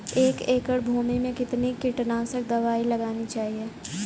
एक एकड़ भूमि में कितनी कीटनाशक दबाई लगानी चाहिए?